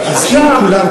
אז אם כולם,